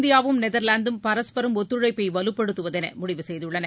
இந்தியாவும் நெதர்லாந்தும் பரஸ்பரம் ஒத்துழைப்பை வலுப்படுத்துவதென முடிவு செய்துள்ளன